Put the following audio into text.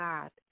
God